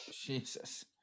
Jesus